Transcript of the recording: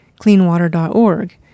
cleanwater.org